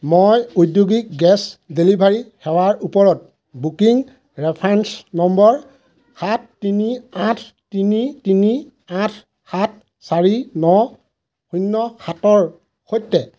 মই ঔদ্যোগিক gas delivery সেৱাৰ ওপৰত বুকিং ৰেফাৰেঞ্চ নম্বৰ সাত তিনি আঠ তিনি তিনি আঠ সাত চাৰি ন শূন্য সাতৰ সৈতে